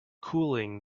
cooling